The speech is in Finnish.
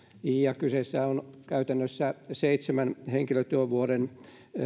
kyseessä on käytännössä seitsemän henkilötyövuoden